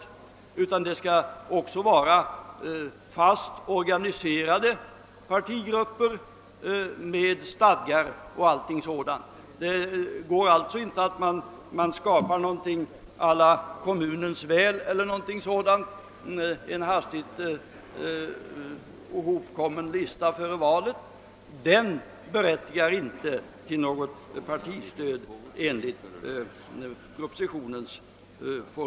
Dessa partier -.skall också vara fast organiserade med stadgår m.m. Det går alltså inte att 'skapa någonting i stil med >Kommunens 'väls, d.v.s. ett parti med en före valet hastigt uppgjord lista. Detta parti. skulle inte vara berättigat till något stöd enligt propositionen.